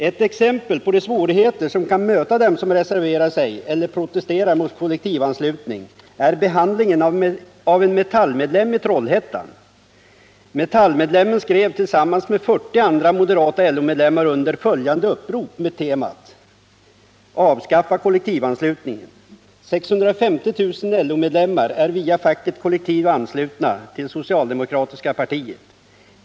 Ett exempel på de svårigheter som kan möta dem som reserverar sig eller protesterar mot kollektivanslutningen är behandlingen av en Metallmedlem i 650 000 LO-medlemmar är via facket kollektivt anslutna till socialdemokratiska partiet.